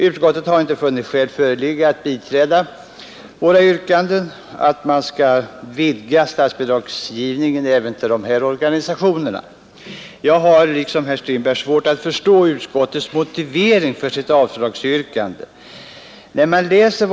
Utskottet har inte funnit skäl föreligga att tillstyrka våra yrkanden att man skall vidga statsbidragsgivningen till att omfatta även de här organisationerna. Jag har liksom herr Strindberg svårt att förstå utskottets motivering för sitt avslagsyrkande.